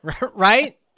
right